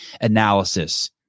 analysis